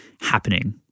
happening